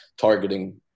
targeting